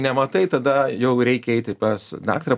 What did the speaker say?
nematai tada jau reikia eiti pas daktarą